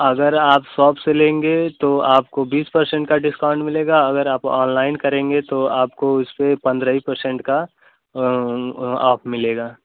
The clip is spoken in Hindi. अगर आप साप से लेंगे तो आपको बीस परसेन्ट का डिस्काउन्ट मिलेगा अगर आप अनलाइन करेंगे तो आपको पंद्रह ही परसेन्ट का आफ मिलेगा